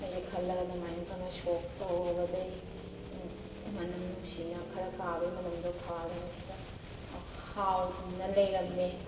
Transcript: ꯑꯩꯁꯦ ꯈꯜꯂꯒ ꯑꯗꯨꯃꯥꯏ ꯇꯧꯅ ꯁꯣꯛ ꯇꯧꯔꯨꯕꯗꯩ ꯃꯅꯝ ꯅꯨꯡꯁꯤꯅ ꯈꯔ ꯀꯥꯕꯒꯤ ꯃꯅꯝꯗꯣ ꯐꯥꯗꯅ ꯈꯤꯇꯪ ꯍꯥꯎꯗꯨꯅ ꯂꯩꯔꯝꯃꯦ